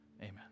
amen